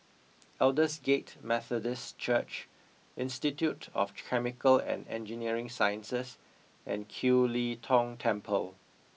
Aldersgate Methodist Church Institute of Chemical and Engineering Sciences and Kiew Lee Tong Temple